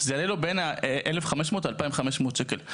זה יעלה לו בין 1500 ל-2500 שקל.